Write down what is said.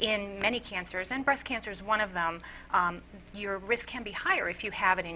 in many cancers and breast cancer is one of them and your risk can be higher if you have it in